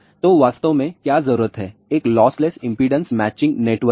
तो हम वास्तव में क्या जरूरत है एक लॉसलेस इंपेडेंस मैचिंग नेटवर्क की